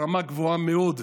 ברמה גבוהה מאוד.